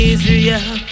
Israel